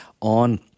on